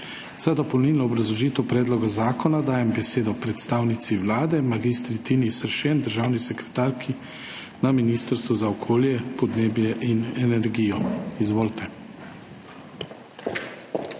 Za dopolnilno obrazložitev predloga zakona dajem besedo predstavnici Vlade mag. Tini Seršen, državni sekretarki Ministrstva za okolje, podnebje in energijo. Izvolite.